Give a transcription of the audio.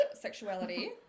Sexuality